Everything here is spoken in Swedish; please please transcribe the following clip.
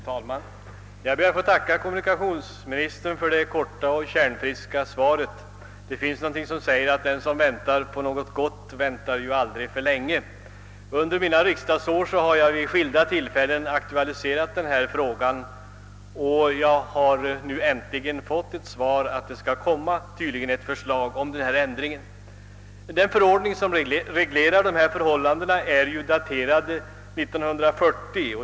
Herr talman! Jag ber att få tacka kommunikationsministern för det korta och kärnfulla svaret. Vi har ju ett gammalt ordspråk som säger att den som väntar på något gott aldrig väntar för länge. Under mina riksdagsår har jag vid skilda tillfällen aktualiserat denna fråga, och jag har nu äntligen fått ett besked att det tydligen skall komma förslag till sådan ändring som min fråga avser. Den förordning som reglerar arbetstidsförhållandena för berörd personal är ju daterad 1940.